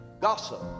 gossip